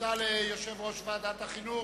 תודה ליושב-ראש ועדת החינוך.